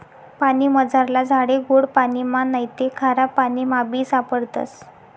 पानीमझारला झाडे गोड पाणिमा नैते खारापाणीमाबी सापडतस